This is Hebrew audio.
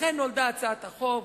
לכן נולדה הצעת החוק הזאת,